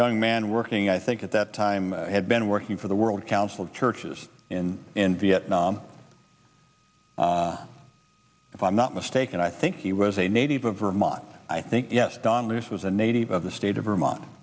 young man working i think at that time had been working for the world council of churches in in vietnam if i'm not mistaken i think he was a native of vermont i think yes don luis was a native of the state of vermont